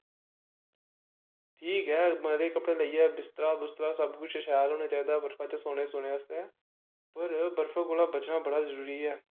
ठीक ऐ मते कपड़े लाइयै बिस्तरा बुस्तरा सब कुछ शैल होना चाहिदा सोने आस्ते पर बर्फ कोला बचना बड़ा जरुरी ऐ